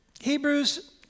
Hebrews